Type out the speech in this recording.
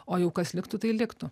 o jau kas liktų tai liktų